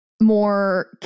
more